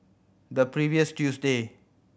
the previous Tuesday